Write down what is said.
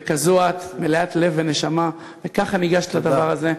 וכזו את, מלאת לב ונשמה, וככה ניגשת לדבר הזה.